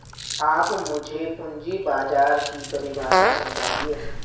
आप मुझे पूंजी बाजार की परिभाषा समझाइए